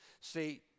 See